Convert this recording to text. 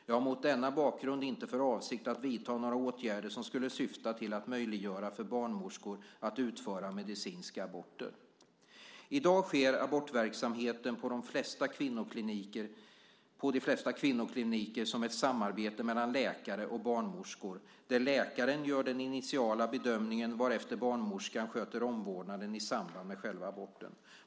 Jag har mot denna bakgrund inte för avsikt att vidta några åtgärder som skulle syfta till att möjliggöra för barnmorskor att utföra medicinska aborter. I dag sker abortverksamheten på de flesta kvinnokliniker som ett samarbete mellan läkare och barnmorskor, där läkaren gör den initiala bedömningen varefter barnmorskan sköter omvårdnaden i samband med själva aborten.